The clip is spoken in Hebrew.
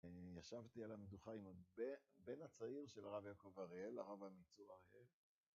ישבתי על המדוכה עם הבן הצעיר של הרב יעקב הראל, הרב עמיצור הראל